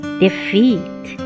defeat